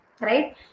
right